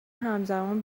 همزمان